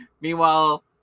Meanwhile